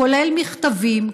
כולל מכתבים,